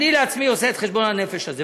אני לעצמי עושה את חשבון הנפש הזה,